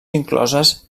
incloses